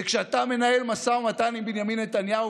וכשאתה מנהל משא ומתן עם בנימין נתניהו,